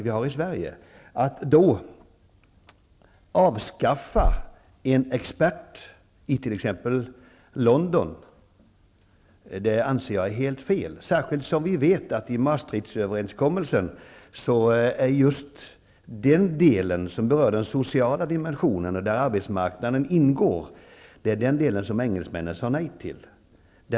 Att då avskaffa en expert i t.ex. London anser jag vara helt fel, särskilt som vi vet att det just var den del som berör den sociala dimensionen och där arbetsmarknaden ingår som engelsmännen sade nej till i Maastricht-överenskommelsen.